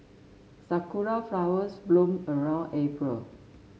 sakura flowers bloom around April